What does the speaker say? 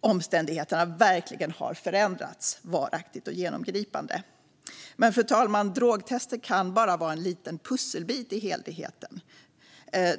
omständigheterna verkligen har förändrats varaktigt och genomgripande. Men, fru talman, drogtester kan bara vara en liten pusselbit i helheten.